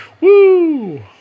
woo